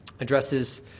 addresses